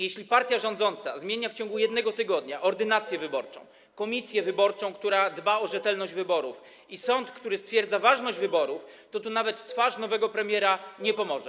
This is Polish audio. Jeśli partia rządząca zmienia w ciągu jednego tygodnia ordynację wyborczą, komisję wyborczą, która dba o rzetelność wyborów, i sąd, który stwierdza ważność wyborów, to tu nawet twarz nowego premiera nie pomoże.